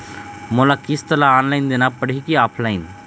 मोला किस्त ला ऑनलाइन देना पड़ही की ऑफलाइन?